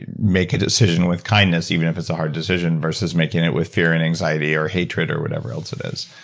make a decision with kindness even if it's a hard decision versus making it with fear, and anxiety, or hatred, or whatever else it is.